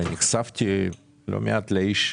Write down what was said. נחשפתי לא מעט לאיש.